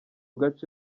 gace